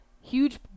huge